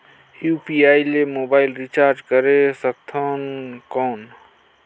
UPI ले mobile recharge करे सकथन कौन?